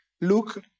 Luke